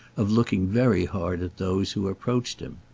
of looking very hard at those who approached him.